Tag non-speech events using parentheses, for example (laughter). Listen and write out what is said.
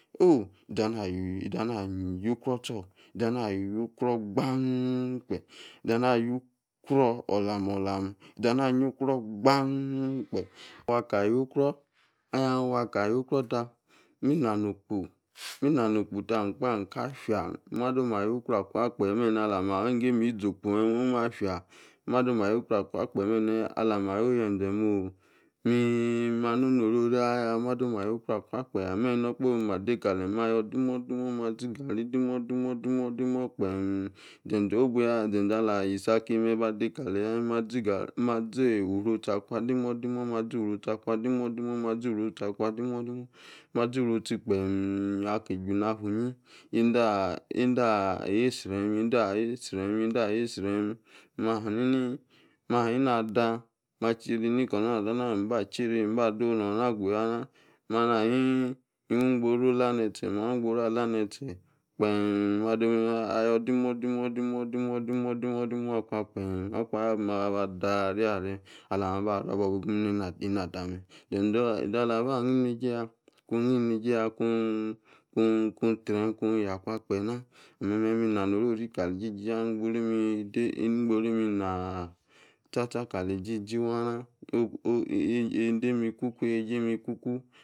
(unintelligible) zi ana ayi ukruo̱ se, zana ayi ukruo gba. Za na ayi ukruo̱ olam mi olami. (unintelligible) (noise) Ayi ukruo gbanngbe. Ahin awa ka yikruota mi nani okpo. (unintelligible) Alingo am izi okpo me, ma fia. Aliami ayoyeze meo manoroiaya. Madom ayikruo akwa em ni okpahe oma dekalame̱ alami ayo̱yo̱ enze mo mani orori aya ikruo akwa gbe. Ma dome ayo̱ demo̱demo̱ gbemm. Obuya ze̱ze̱ ayise̱ akime̱ ba de kaleye aya. Mazi gari mazi ufru ochi demo demo̱, mazi ufru ochi akwa demo̱demo̱, mazi ufru ochi gboma aki ju na afu inyi ende (hesitation) ende ali sriem, ende ahi sriem. Ma aha ni ada macheri ni ka tana, mba adowu no̱ na aguyana. Ma ala hanini hin wi gboru la ne̱ze̱, mi gboru ala ne̱ze̱ ayo demo̱demo̱ demo̱demo̱ demo̱demo̱ okpahe aba demi ariye̱re̱ Ala mi aba arie obobi bum na tame izi ala yim neje ya kun kun ya kwa gbe na, ami me, mi nani orori kali ijiji ya. Igboru em ina gbada sasaa kali ijiji waa na. (hesitation) Ejemi ikuku, odemi ikuku.